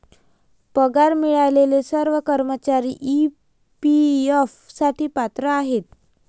पगार मिळालेले सर्व कर्मचारी ई.पी.एफ साठी पात्र आहेत